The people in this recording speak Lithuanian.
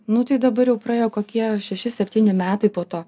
nu tai dabar jau praėjo kokie šeši septyni metai po to